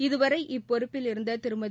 இதுவரை இப்பொறுப்பில் இருந்த திருமதி